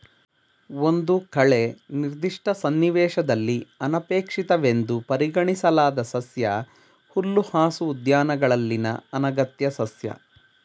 ಒಂದು ಕಳೆ ನಿರ್ದಿಷ್ಟ ಸನ್ನಿವೇಶದಲ್ಲಿ ಅನಪೇಕ್ಷಿತವೆಂದು ಪರಿಗಣಿಸಲಾದ ಸಸ್ಯ ಹುಲ್ಲುಹಾಸು ಉದ್ಯಾನಗಳಲ್ಲಿನ ಅನಗತ್ಯ ಸಸ್ಯ